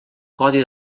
codi